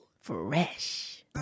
Fresh